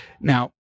Now